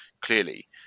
clearly